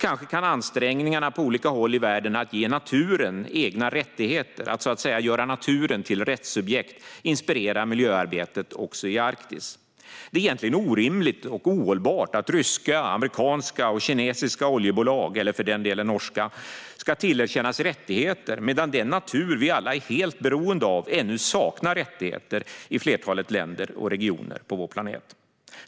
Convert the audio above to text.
Kanske kan ansträngningarna på olika håll i världen att ge naturen egna rättigheter, att så att säga göra naturen till rättssubjekt, inspirera miljöarbetet också i Arktis. Det är egentligen orimligt och ohållbart att ryska, amerikanska och kinesiska, eller för den delen norska, oljebolag ska tillerkännas rättigheter medan den natur vi alla är helt beroende av ännu saknar rättigheter i flertalet länder och regioner på vår planet.